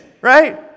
right